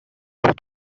pour